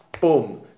Boom